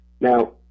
Now